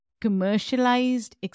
commercialized